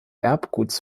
erbguts